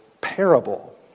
parable